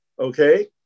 Okay